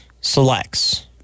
selects